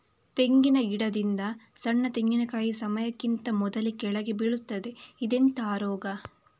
ತೆಂಗಿನ ಗಿಡದಿಂದ ಸಣ್ಣ ತೆಂಗಿನಕಾಯಿ ಸಮಯಕ್ಕಿಂತ ಮೊದಲೇ ಕೆಳಗೆ ಬೀಳುತ್ತದೆ ಇದೆಂತ ರೋಗ?